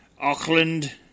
Auckland